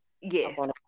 Yes